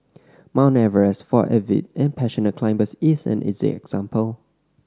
Mount Everest for avid and passionate climbers is an easy example